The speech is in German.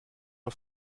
der